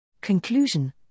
Conclusion